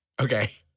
Okay